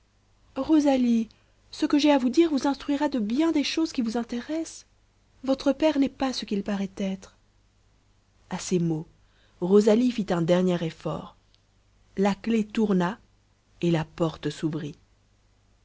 rosalie ce que j'ai à vous dire vous instruira de bien des choses qui vous intéressent votre père n'est pas ce qu'il paraît être a ces mots rosalie fit un dernier effort la clef tourna et la porte